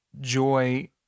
joy